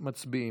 מצביעים.